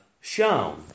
shown